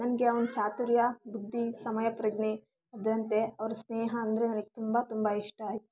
ನನಗೆ ಅವನ ಚಾತುರ್ಯ ಬುದ್ಧಿ ಸಮಯಪ್ರಜ್ಞೆ ಅದರಂತೆ ಅವರ ಸ್ನೇಹ ಅಂದರೆ ನನಗೆ ತುಂಬ ತುಂಬ ಇಷ್ಟ ಆಯಿತು